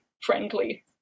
friendly